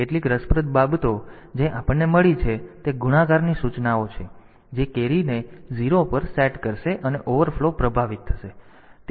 હવે કેટલીક રસપ્રદ બાબતો જે આપણને મળી છે તે ગુણાકારની સૂચના છે જે કેરીને 0 પર સેટ કરશે અને ઓવરફ્લો પ્રભાવિત થશે પરંતુ બીજી નહીં